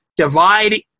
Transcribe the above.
divide